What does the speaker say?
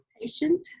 patient